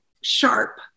sharp